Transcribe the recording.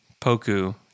Poku